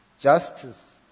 justice